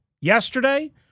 yesterday